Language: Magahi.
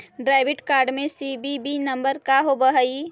डेबिट कार्ड में सी.वी.वी नंबर का होव हइ?